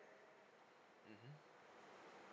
mmhmm